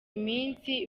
iminsi